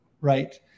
Right